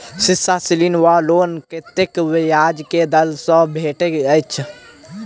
शिक्षा ऋण वा लोन कतेक ब्याज केँ दर सँ भेटैत अछि?